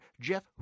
Jeff